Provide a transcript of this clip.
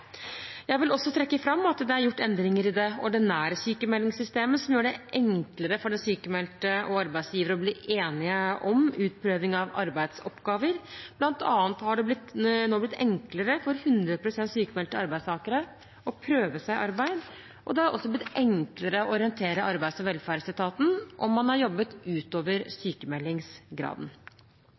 Jeg vil også trekke fram at det er gjort endringer i det ordinære sykmeldingssystemet som gjør det enklere for den sykmeldte og arbeidsgiver å bli enige om utprøving av arbeidsoppgaver. Blant annet har det nå blitt enklere for 100 pst. sykmeldte arbeidstakere å prøve seg i arbeid, og det har også blitt enklere å orientere arbeids- og velferdsetaten om man har jobbet utover